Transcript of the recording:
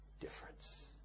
difference